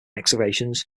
excavations